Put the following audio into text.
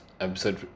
episode